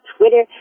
Twitter